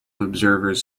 observers